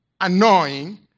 annoying